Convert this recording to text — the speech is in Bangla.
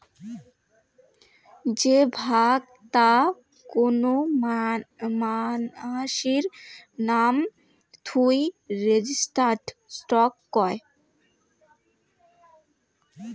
যে ভাগ তা কোন মানাসির নাম থুই রেজিস্টার্ড স্টক কয়